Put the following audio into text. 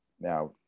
Now